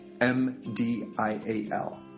M-D-I-A-L